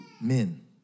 men